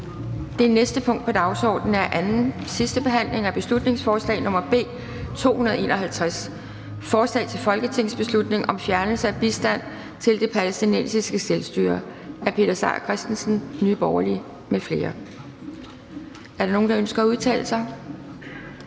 Det næste punkt på dagsordenen er: 35) 2. (sidste) behandling af beslutningsforslag nr. B 251: Forslag til folketingsbeslutning om fjernelse af bistand til det palæstinensiske selvstyre. Af Peter Seier Christensen (NB) m.fl. (Fremsættelse